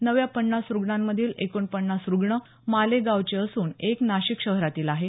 नव्या पन्नास रुग्णांमधील एकोनपन्नास रुग्ण मालेगांवचे असून एक नाशिक शहरातील आहे